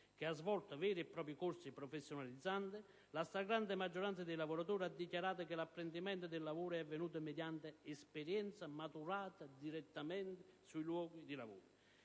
che ha svolto veri e propri corsi professionalizzanti, la stragrande maggioranza dei lavoratori ha dichiarato che l'apprendimento del lavoro è avvenuto mediante esperienza maturata direttamente sui luoghi di lavoro.